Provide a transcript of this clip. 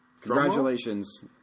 Congratulations